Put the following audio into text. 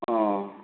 অঁ